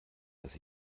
dass